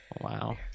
Wow